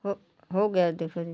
हो हो गया थे फिर